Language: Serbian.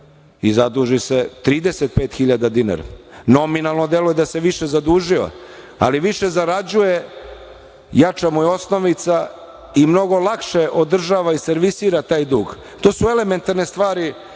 i zaduži se 35.000 dinara. Nominalno deluje da se više zadužio, ali više zarađuje, jača mu je osnovica i mnogo lakše održava i servisira taj dug. To su elementarne stvari,